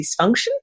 dysfunction